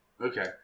Okay